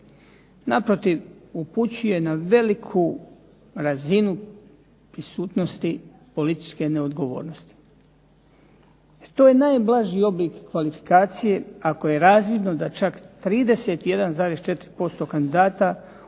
Naprotiv, upućuje na veliku razinu prisutnosti političke neodgovornosti. To je najblaži oblik kvalifikacije ako je razvidno da čak 31,4% kandidata odnosno